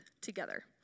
together